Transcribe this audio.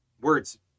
Words